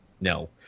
no